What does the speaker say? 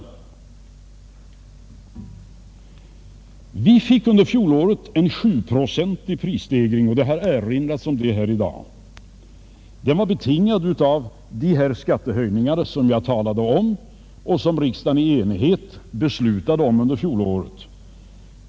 Vi fick under fjolåret en sjuprocentig prisstegring, om vilken tidigare talare i dag har erinrat. Den var betingad av de skattehöjningar jag talat om — och som riksdagen i enighet fattade beslut om under fjolåret.